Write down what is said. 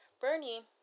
Bernie